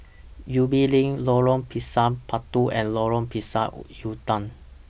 Ubi LINK Lorong Pisang Batu and Lorong Pisang Udang